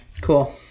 Cool